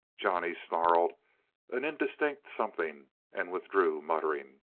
johnny snarled an indistinct something and withdrew muttering.